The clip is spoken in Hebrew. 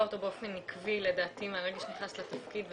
אותו באופן עקבי לדעתי מהרגע שנכנסת לתפקיד,